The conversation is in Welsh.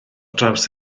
draws